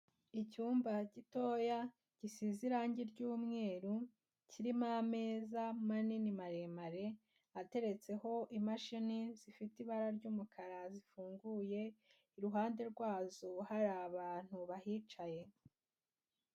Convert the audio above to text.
Icyumba gitoya gisize irangi ry'umweru kirimo ameza manini maremare ateretseho imashini zifite ibara ry'umukara zifunguye, iruhande rwazo hari abantu bahicaye.